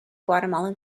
guatemalan